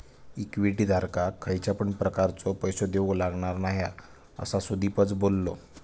equity धारकाक खयच्या पण प्रकारचो पैसो देऊक लागणार नाय हा, असा सुदीपच बोललो